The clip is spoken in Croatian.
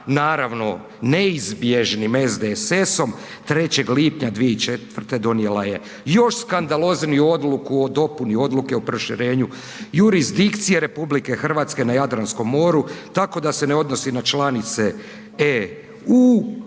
naravno, neizbježnim SDSS-om 3. lipnja 2004. donijela je još skandalozniju odluku o dopuni odluke o proširenju jurisdikcije RH na Jadranskom moru, tako da se ne odnosi na članice EU,